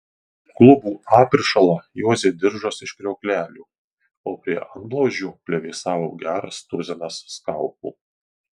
klubų aprišalą juosė diržas iš kriauklelių o prie antblauzdžių plevėsavo geras tuzinas skalpų